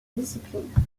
discipline